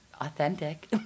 authentic